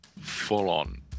full-on